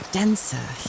denser